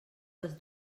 les